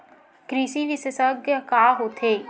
कृषि विशेषज्ञ का होथे?